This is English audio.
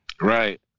Right